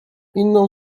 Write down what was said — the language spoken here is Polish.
inną